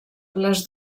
les